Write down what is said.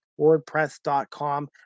WordPress.com